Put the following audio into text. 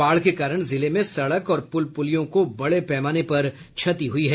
बाढ़ के कारण जिले में सड़क और पुल पुलियों को बड़े पैमाने पर क्षति हुई है